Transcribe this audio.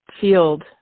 field